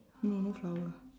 no no flower